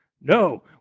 No